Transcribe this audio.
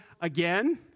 again